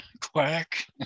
quack